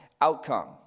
outcome